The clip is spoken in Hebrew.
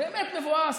באמת מבואס,